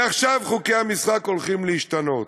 מעכשיו חוקי המשחק הולכים להשתנות.